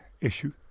issue